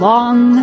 Long